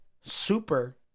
Super